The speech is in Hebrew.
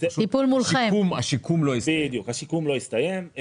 השיקום לא הסתיים.